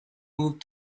moved